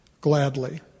gladly